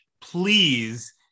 please